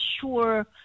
sure